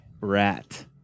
Rat